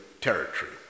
territory